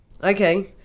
Okay